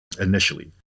initially